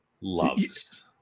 Loves